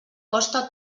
costa